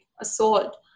assault